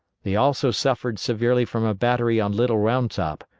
they also suffered severely from a battery on little round top,